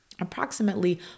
Approximately